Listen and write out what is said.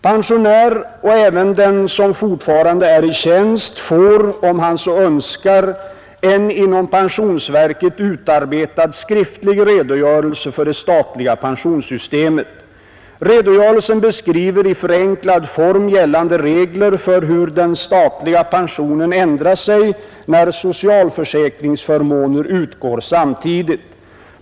Pensionär — och även den som fortfarande är i tjänst — får, om han så önskar, en inom pensionsverket utarbetad skriftlig redogörelse för det statliga pensionssystemet. Redogörelsen beskriver i förenklad form gällande regler för hur den statliga pensionen ändrar sig när socialförsäkringsförmåner utgår samtidigt.